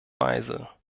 weise